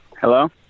Hello